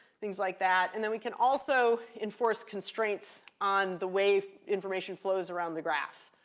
things like that. and then we can also enforce constraints on the way information flows around the graph.